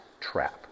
trap